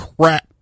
crap